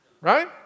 right